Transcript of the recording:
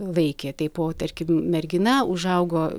laikė taip o tarkim mergina užaugo